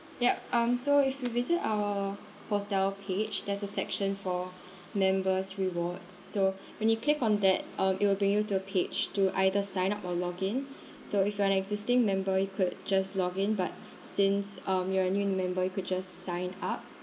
yup um so if we visit our hotel page there's a section for members' rewards so when you click on that um it will bring you to a page to either sign up or login so if you are an existing member could just login but since um you're a new member you could just sign up